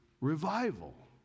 revival